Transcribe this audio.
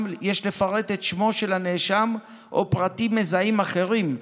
יש לפרט את שמו של הנאשם או פרטים מזהים אחרים,